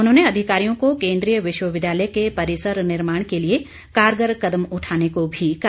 उन्होंने अधिकारियों को केंद्रीय विश्वविद्यालय के परिसर निर्माण के लिए कारगर कदम उठाने को भी कहा